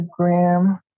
Instagram